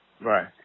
Right